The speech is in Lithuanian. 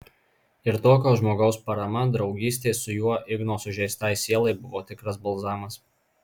ir tokio žmogaus parama draugystė su juo igno sužeistai sielai buvo tikras balzamas